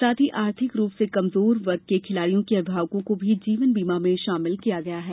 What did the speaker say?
साथ ही आर्थिक रूप से कमजोर वर्ग के खिलाड़ियों के अभिभावकों को भी जीवन बीमा में शामिल किया गया है